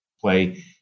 play